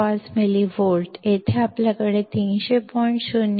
5 ಮಿಲಿವೋಲ್ಟ್ಗಳು ಇಲ್ಲಿ ನಾವು 300